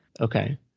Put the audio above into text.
Okay